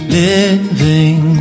living